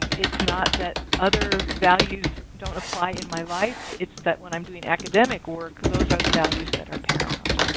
and it's not that other values don't apply in my life. it's that when i'm doing academic work, those are the values that are paramount.